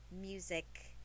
music